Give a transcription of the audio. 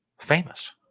famous